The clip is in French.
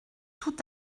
tout